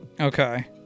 Okay